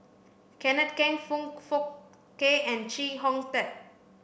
Kenneth Keng Foong Fook Kay and Chee Hong Tat